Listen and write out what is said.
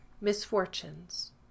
Misfortunes